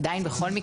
עדיין בכל מקרה.